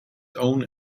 own